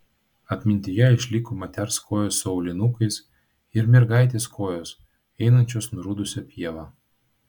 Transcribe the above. atmintyje išliko moters kojos su aulinukais ir mergaitės kojos einančios nurudusia pieva